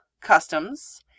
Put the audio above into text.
customs